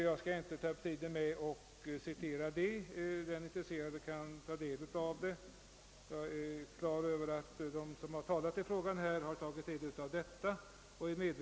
Jag skall inte ta upp tiden med att citera denna redovisning; den intresserade kan ta del av den, och jag är på det klara med att de som talat i ärendet studerat den.